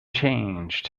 changed